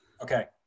Okay